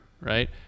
right